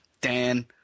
Dan